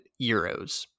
Euros